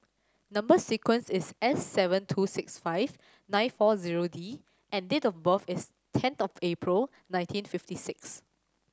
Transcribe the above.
number sequence is S seven two six five nine four zero D and date of birth is tenth of April nineteen fifty six